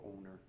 owner